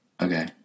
Okay